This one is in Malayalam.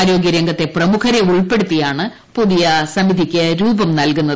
ആരോഗ്യരംഗത്തെ പ്രമുഖരെ ഉൾപ്പെടുത്തിയാണ് പുതിയ കമ്മിറ്റിക്ക് രൂപം നൽകുന്നത്